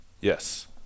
yes